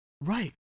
Right